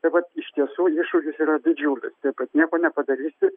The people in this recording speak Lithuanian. tai vat iš tiesų iššūkis yra didžiulis taip kad nieko nepadarysi